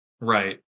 Right